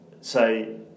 say